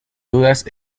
dudas